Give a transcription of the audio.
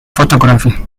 photography